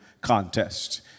contest